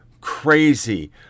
crazy